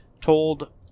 told